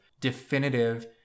definitive